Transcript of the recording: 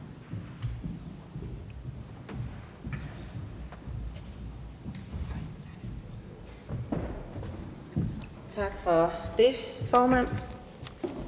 Tak for det, formand.